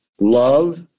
love